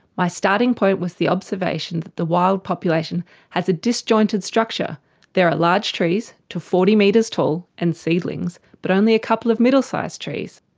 my starting point was the observation that the wild population has a disjointed structure there are large trees, to forty metres tall, and seedlings, but only a couple of middle-sized trees.